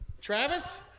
Travis